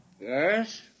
Yes